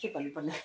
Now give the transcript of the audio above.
के भन्नुपर्ने